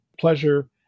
pleasure